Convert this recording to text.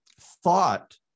thought